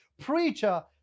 preacher